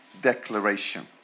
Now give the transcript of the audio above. declaration